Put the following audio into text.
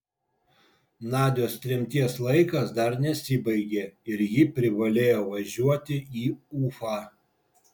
nadios tremties laikas dar nesibaigė ir ji privalėjo važiuoti į ufą